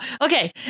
Okay